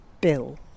bill